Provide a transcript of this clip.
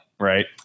Right